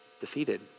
defeated